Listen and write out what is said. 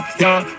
young